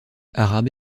arabe